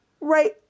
Right